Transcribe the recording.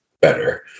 better